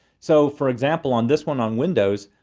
so for example, on this one on windows,